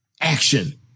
action